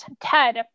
Ted